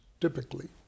typically